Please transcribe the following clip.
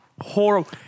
horrible